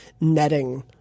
netting